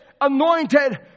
anointed